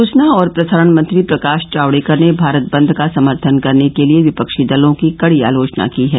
सूचना और प्रसारण मंत्री प्रकाश जावड़ेकर ने भारत बंद का समर्थन करने के लिए विपक्षी दलों की कड़ी आलोचना की है